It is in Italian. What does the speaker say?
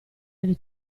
delle